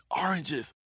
oranges